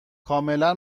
کاملا